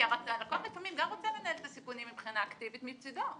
הלקוח לפעמים גם רוצה לנהל את הסיכונים מבחינה אקטיבית מצדו.